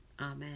Amen